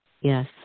yes